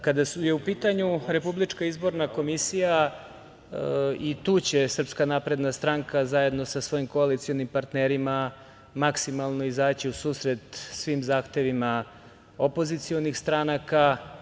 Kada je u pitanju Republička izborna komisija, i tu će SNS zajedno sa svojim koalicionim partnerima maksimalno izaći u susret svim zahtevima opozicionih stranaka.